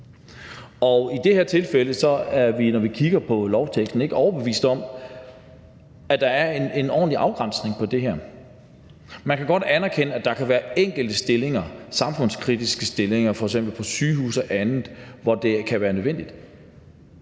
I det her tilfælde er vi, når vi kigger på lovteksten, ikke overbevist om, at der er en ordentlig afgrænsning på det her. Man kan godt anerkende, at der kan være enkelte stillinger, samfundskritiske stillinger, f.eks. på sygehuse og andet, hvor det kan være nødvendigt.